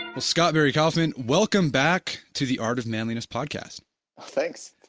and scott barry kaufman welcome back to the art of manliness podcast thanks,